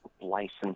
licensed